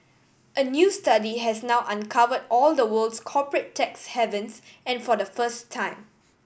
a new study has now uncover all the world's corporate tax havens and for the first time